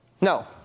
No